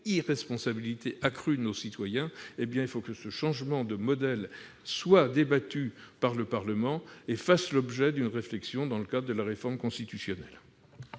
irresponsabilité accrue de nos citoyens, soit débattu par le Parlement et fasse l'objet d'une réflexion dans le cadre de la réforme constitutionnelle.